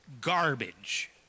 garbage